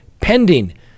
pending